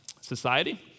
society